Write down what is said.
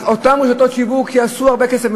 אותן רשתות שיווק יעשו הרבה כסף.